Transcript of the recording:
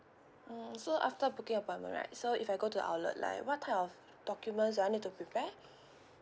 mm so after booking appointment right so if I go to outlet like what type of documents do I need to prepare